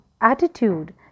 attitude